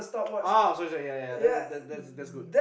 oh sorry sorry ya ya ya that that that that's good